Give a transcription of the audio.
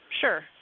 Sure